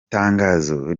tangazo